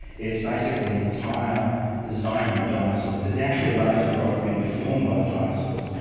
it's basically an entire zone of dinosaurs. the the actual layers of rock have been deformed by the dinosaurs.